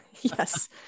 Yes